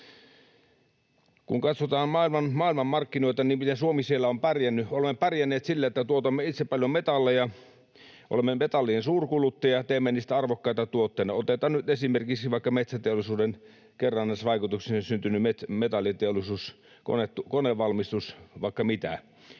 Kun katsotaan, miten maailmanmarkkinoilla Suomi on pärjännyt, niin olemme pärjänneet sillä, että tuotamme itse paljon metalleja, olemme metallien suurkuluttaja, teemme niistä arvokkaita tuotteita. Otetaan nyt esimerkiksi vaikka metsäteollisuuden kerrannaisvaikutuksina syntynyt metalliteollisuus, konevalmistus, vaikka mitä.